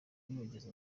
yogeza